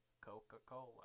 Coca-Cola